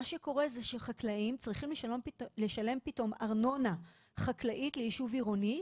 מה שקורה זה שחקלאים צריכים לשלם פתאום ארנונה חקלאית ליישוב עירוני,